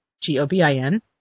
G-O-B-I-N